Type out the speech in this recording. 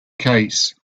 case